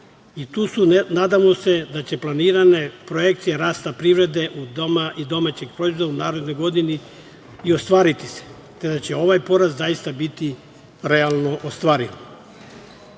i tu se nadamo se da će planirane projekcije rasta privrede i domaćeg proizvoda u narednoj godini i ostvariti se, te da će ovaj porez zaista biti realno ostvariv. Kada